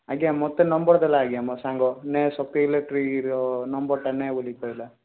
ଆଜ୍ଞା ମୋତେ ନମ୍ବର୍ ଦେଲା ଆଜ୍ଞା ମୋ ସାଙ୍ଗ ନେ ସତି ଇଲେକ୍ଟ୍ରିର ନମ୍ବରଟା ନେ ବୋଲି କହିଲା